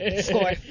Score